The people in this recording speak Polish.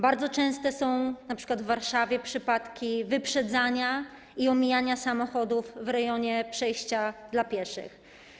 Bardzo częste są np. w Warszawie przypadki wyprzedzania i omijania samochodów w rejonie przejścia dla pieszych.